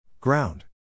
Ground